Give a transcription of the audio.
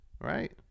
right